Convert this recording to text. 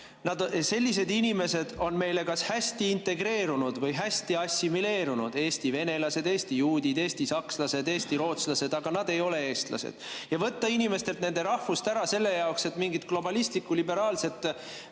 Sellised inimesed on kas hästi integreerunud või hästi assimileerunud: eestivenelased, eestijuudid, eestisakslased, eestirootslased. Aga nad ei ole eestlased. Võtta inimestelt nende rahvus ära selle jaoks, et mingit globalistlikku liberaalset